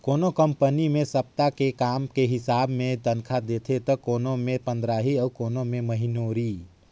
कोनो कंपनी मे सप्ता के काम के हिसाब मे तनखा देथे त कोनो मे पंदराही अउ कोनो मे महिनोरी